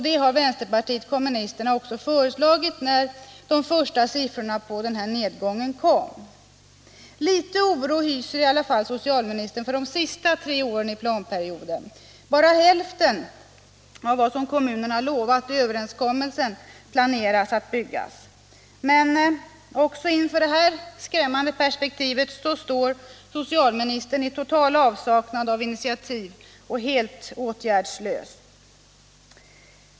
Det har vänsterpartiet kommunisterna också föreslagit när de första siffrorna på den här nedgången kom. Litet oro hyser i alla fall socialministern för de sista tre åren i planperioden. Bara hälften av vad kommunerna lovat i överenskommelsen planerar de att bygga, men också inför dessa skrämmande perspektiv står socialministern i total avsaknad av initiativ och helt åtgärdslös.